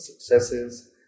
successes